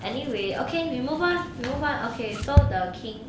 anyway okay we move on we move on okay so the king